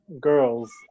girls